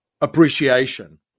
appreciation